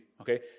Okay